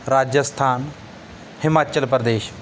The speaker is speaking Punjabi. ਰਾਜਸਥਾਨ ਹਿਮਾਚਲ ਪ੍ਰਦੇਸ਼